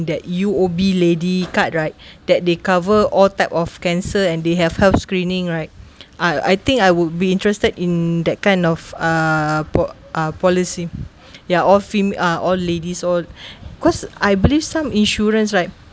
that U_O_B lady card right that they cover all type of cancer and they have health screening right ah I think I would be interested in that kind of uh po~ ah policy ya all female all ladies all cause I believe some insurance right